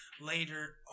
later